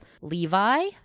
Levi